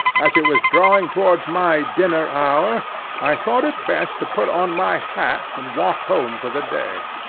as it was drawing towards my dinner-hour, i thought it best to put on my hat and walk home for the day,